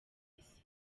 bus